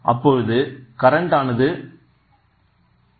அப்பொழுது கரண்ட் ஆனது ஆகும்